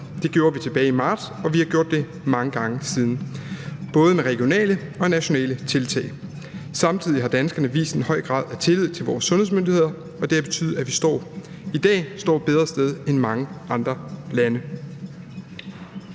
Det gjorde vi tilbage i marts, og vi har gjort det mange gange siden, både med regionale og nationale tiltag. Samtidig har danskerne vist en høj grad af tillid til vores sundhedsmyndigheder, og det har betydet, at vi i dag står et bedre sted end mange andre lande.